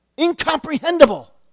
incomprehensible